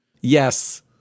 Yes